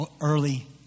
early